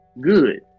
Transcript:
good